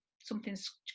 something's